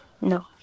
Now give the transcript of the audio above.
No